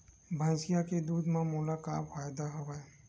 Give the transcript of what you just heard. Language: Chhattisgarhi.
भैंसिया के दूध म मोला का फ़ायदा हवय?